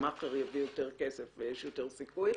שמאכער יביא יותר כסף ויש יותר סיכוי.